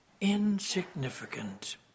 insignificant